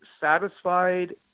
satisfied